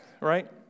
right